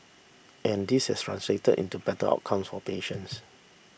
and this has translated into better outcomes for patients